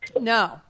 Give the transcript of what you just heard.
No